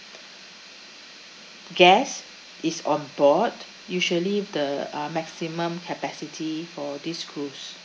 guests is on board usually the uh maximum capacity for this cruise